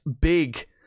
big